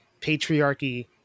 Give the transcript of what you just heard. patriarchy